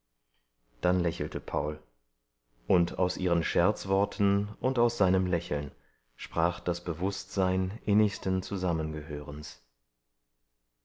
dann lächelte paul und aus ihren scherzworten und aus seinem lächeln sprach das bewußtsein innigsten zusammengehörens